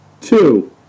two